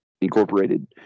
incorporated